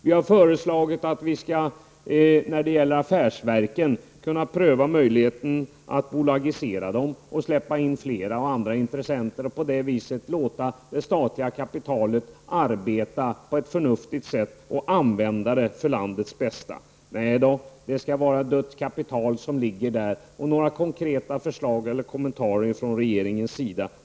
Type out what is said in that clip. Vi har föreslagit att vi skall pröva möjligheten att bolagisera affärsverken och släppa in fler och andra intressenter och på det viset låta det statliga kapitalet arbeta på ett förnuftigt sätt och använda det till landets bästa. Men nej, det skall vara dött kapital som ligger där, och några konkreta förslag eller kommentarer kommer inte från regeringens sida.